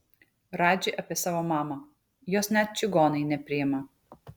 radži apie savo mamą jos net čigonai nepriima